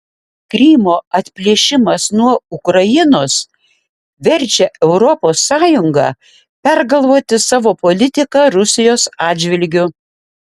krymo atplėšimas nuo ukrainos verčia europos sąjungą pergalvoti savo politiką rusijos atžvilgiu